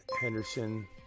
Henderson